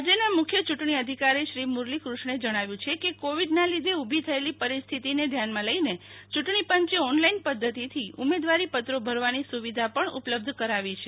રાજયના મુખ્ય યુંટણી અધિકારી શ્રી મુરલીકૃષ્ણે જણાવ્યુ છે કે કોવિડના લીઘે ઉભી થયેલી પરિસ્થિતીને ધ્યાનમાં લઈને યુંટણી પંચે ઓનલાઈન પધ્ધતિ થી ઉમેદવારી પત્રો ભરવાની સલાહ ઉપલભ્ધ કરાવી છે